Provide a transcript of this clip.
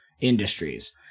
Industries